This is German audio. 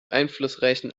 einflussreichen